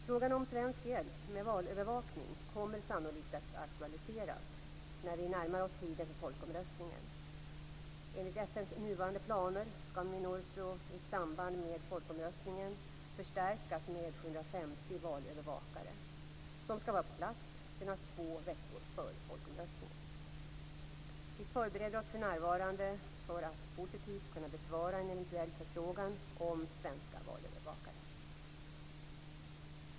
Frågan om svensk hjälp med valövervakning kommer sannolikt att aktualiseras när vi närmar oss tiden för folkomröstningen. Enligt FN:s nuvarande planer skall Minurso i samband med folkomröstningen förstärkas med 750 valövervakare, som skall vara på plats senast två veckor före folkomröstningen. Vi förbereder oss för närvarande för att positivt kunna besvara en eventuell förfrågan om svenska valövervakare.